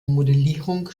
modellierung